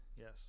Yes